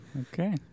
okay